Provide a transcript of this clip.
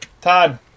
Todd